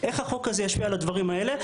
איך החוק הזה ישפיע על הדברים האלה?